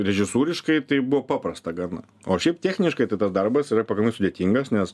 režisūriškai tai buvo paprasta gan o šiaip techniškai tai tas darbas yra pakanmai sudėtingas nes